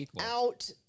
out